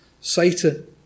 Satan